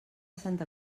santa